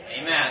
Amen